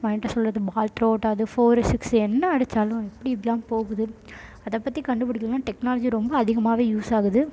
பாயிண்ட்டை சொல்வது ball throw அவுட்டாவது ஃபோரு சிக்ஸு என்ன அடித்தாலும் எப்படி எப்படிலாம் போகுது அதைப் பற்றி கண்டுபிடிக்கலாம் டெக்னாலஜி ரொம்ப அதிகமாகவே யூஸாகுது